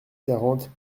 quarante